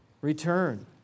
Return